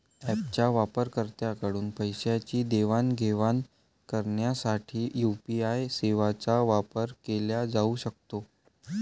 ऍपच्या वापरकर्त्यांकडून पैशांची देवाणघेवाण करण्यासाठी यू.पी.आय सेवांचा वापर केला जाऊ शकतो